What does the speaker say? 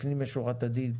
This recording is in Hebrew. לפנים משורת הדין,